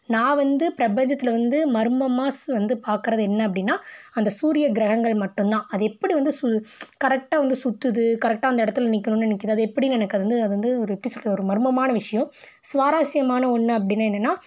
நான் வந்து பிரபஞ்சத்தில் வந்து மர்மமாக வந்து பாக்கிறது என்ன அப்படின்னா அந்த சூரிய கிரகங்கள் மட்டுந்தான் அது எப்படி வந்து கரெக்டாக வந்து சுற்றுது கரெக்டாக அந்த இடத்துல நிக்கணுன்னு நிக்குது அது எப்படினு எனக்கு அது வந்து அது வந்து ஒரு எப்படி சொல்கிறது ஒரு மர்மமான விஷயம் சுவாரஸ்யமான ஒன்று அப்படின்னா என்னன்னா